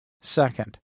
second